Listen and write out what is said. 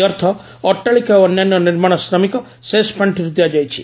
ଏହି ଅର୍ଥ ଅଟ୍ଟାଳିକା ଓ ଅନ୍ୟାନ୍ୟ ନିର୍ମାାଣ ଶ୍ରମିକ ସେସ୍ ପାଣ୍ଡିରୁ ଦିଆଯାଇଛି